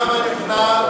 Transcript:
כמה נבנה,